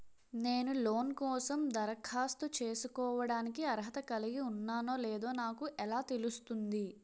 నేను లోన్ కోసం దరఖాస్తు చేసుకోవడానికి అర్హత కలిగి ఉన్నానో లేదో నాకు ఎలా తెలుస్తుంది?